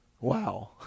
Wow